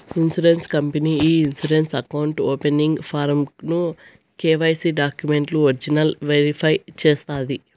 insurance company ఈ insurance account opening form ను KYC డాక్యుమెంట్లు ఒరిజినల్ వెరిఫై చేస్తాది